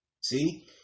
See